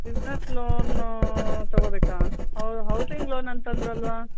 business loan ತಗೋಬೇಕಾ ಅವ್ರು housing loan ಅಂತಂದರಲ್ವಾ